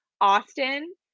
Austin